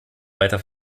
weiter